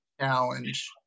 challenge